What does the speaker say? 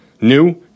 new